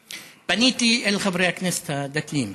פניתי אל חברי הכנסת הדתיים